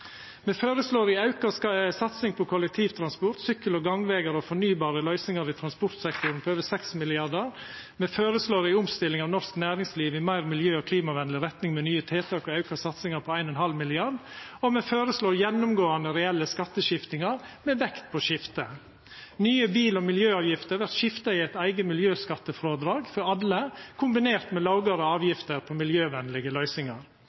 Me føreslår ei auka satsing på kollektivtransport, sykkel- og gangvegar og fornybare løysingar i transportsektoren på over 6 mrd. kr. Me føreslår ei omstilling av norsk næringsliv i meir miljø- og klimavenleg retning, med nye tiltak og auka satsingar på 1,5 mrd. kr, og me føreslår gjennomgåande reelle skatteskiftingar med vekt på skifte. Nye bil- og miljøavgifter vert skifta i eit eige miljøskattefrådrag for alle, kombinert med lågare avgifter på miljøvenlege løysingar.